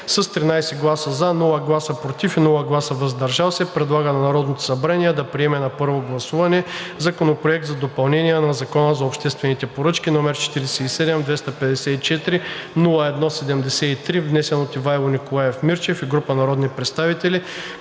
с 13 гласа „за“, без „против“ и „въздържал се“ предлага на Народното събрание да приеме на първо гласуване Законопроект за допълнение на Закона за обществените поръчки, № 47-254-01-73, внесен от Ивайло Николаев Мирчев и група народни представители